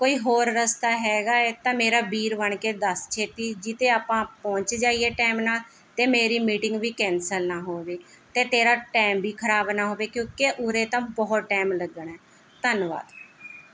ਕੋਈ ਹੋਰ ਰਸਤਾ ਹੈਗਾ ਹੈ ਤਾਂ ਮੇਰਾ ਵੀਰ ਬਣ ਕੇ ਦੱਸ ਛੇਤੀ ਜਿਹਤੇ ਆਪਾਂ ਪਹੁੰਚ ਜਾਈਏ ਟਾਇਮ ਨਾਲ਼ ਅਤੇ ਮੇਰੀ ਮੀਟਿੰਗ ਵੀ ਕੈਂਸਲ ਨਾ ਹੋਵੇ ਅਤੇ ਤੇਰਾ ਟਾਇਮ ਵੀ ਖਰਾਬ ਨਾ ਹੋਵੇ ਕਿਉਂਕਿ ਉਰੇ ਤਾਂ ਬਹੁਤ ਟਾਇਮ ਲੱਗਣਾ ਧੰਨਵਾਦ